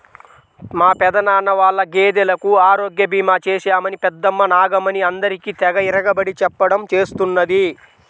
మా పెదనాన్న వాళ్ళ గేదెలకు ఆరోగ్య భీమా చేశామని పెద్దమ్మ నాగమణి అందరికీ తెగ ఇరగబడి చెప్పడం చేస్తున్నది